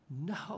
No